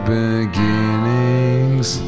beginnings